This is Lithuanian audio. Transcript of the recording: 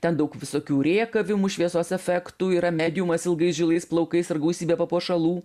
ten daug visokių rėkavimų šviesos efektų yra mediumas ilgais žilais plaukais ir gausybe papuošalų